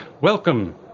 Welcome